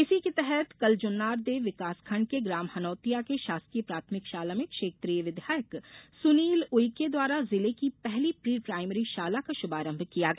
इसी के तहत कल जुन्नारदेव विकासखंड के ग्राम हनोतिया की शासकीय प्राथमिक शाला में क्षेत्रीय विधायक सुनील उईके द्वारा जिले की पहली प्री प्रायमरी शाला का श्रभारंम्भ किया गया